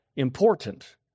important